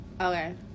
Okay